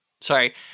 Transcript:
Sorry